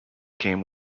came